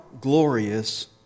glorious